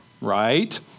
right